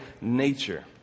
nature